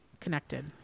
connected